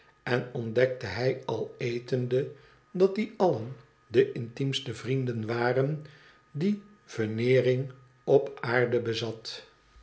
en ontdekte hij al etende dat die allen de intiemste vrienden waren die veneering op aarde bezat